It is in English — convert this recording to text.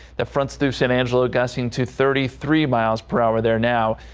the fronts through san angelo gusting to thirty three miles per hour there now.